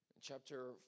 Chapter